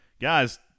guys